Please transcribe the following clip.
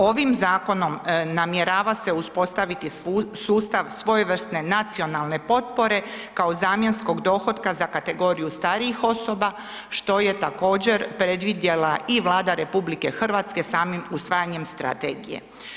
Ovim zakonom namjerava se uspostaviti sustav svojevrsne nacionalne potpore kao zamjenskog dohotka za kategoriju starijih osoba, što je također predvidjela i Vlada RH samim usvajanjem strategije.